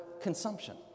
consumption